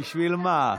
בשביל מה?